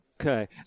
Okay